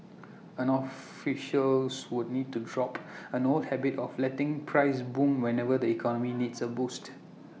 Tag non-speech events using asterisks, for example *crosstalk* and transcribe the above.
and officials would need to drop an old habit of letting prices boom whenever the economy *noise* needs A boost